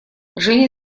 жене